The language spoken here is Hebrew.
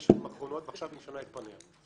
השנים האחרונות ועכשיו משנה את פניה.